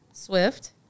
Swift